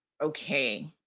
okay